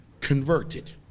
converted